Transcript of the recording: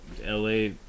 la